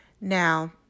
Now